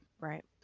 Right